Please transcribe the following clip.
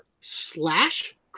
slash